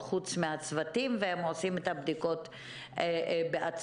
והם עושים את הבדיקות בעצמם.